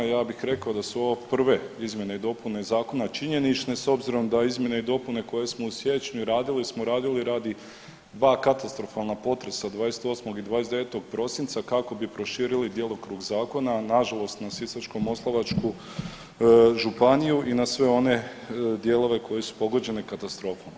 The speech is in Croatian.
Ja bih rekao da su ovo prve izmjene i dopune Zakona činjenične s obzirom da izmjene i dopune koje smo u siječnju radili smo radili radi dva katastrofalna potresa 28. i 29. prosinca kako bi proširili djelokrug Zakona, nažalost na Sisačko-moslavačku županiju i na sve one dijelove koje su pogođene katastrofom.